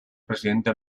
presidente